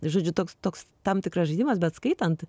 žodžiu toks toks tam tikras žaidimas bet skaitant